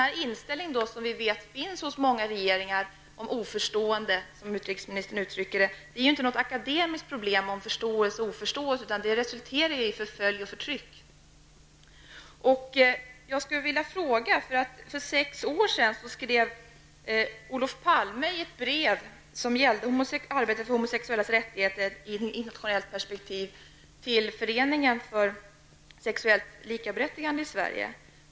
Den inställning som vi vet finns hos många regeringar -- de är oförstående, som utrikesministern uttryckte det -- beror inte på något akademiskt problem om förståelse eller oförståelse, men resulterar i förföljelse och förtryck. För sex år sedan skrev Olof Palme i ett brev, som gällde arbetet för de homosexuellas rättigheter i ett internationellt perspektiv, till Föreningen för sexuellt likaberättigande i Sverige.